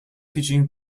pitching